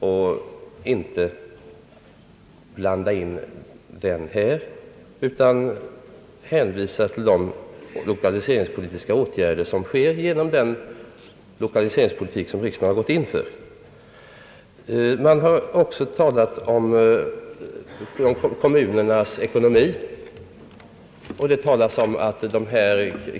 När det gäller sysselsättningen får vi hänvisa till de lokaliseringspolitiska åtgärder som vidtas genom den lokaliseringspolitik riksdagen gått in för. Man har också talat om kommunernas ekonomi.